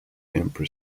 emperor